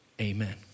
Amen